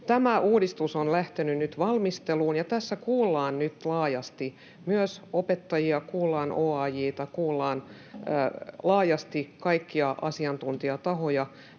Tämä uudistus on lähtenyt nyt valmisteluun, ja tässä kuullaan nyt laajasti myös opettajia, kuullaan OAJ:ta, kuullaan laajasti kaikkia asiantuntijatahoja,